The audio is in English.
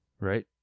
right